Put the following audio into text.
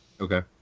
Okay